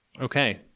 Okay